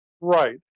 right